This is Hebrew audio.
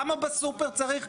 למה בסופר צריך?